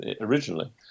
originally